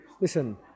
Listen